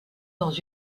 dans